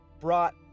brought